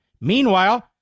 Meanwhile